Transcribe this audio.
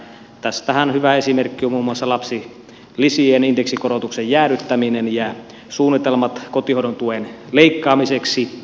tästähän hyviä esimerkkejä ovat muun muassa lapsilisien indeksikorotuksen jäädyttäminen ja suunnitelmat kotihoidon tuen leikkaamiseksi